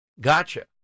Gotcha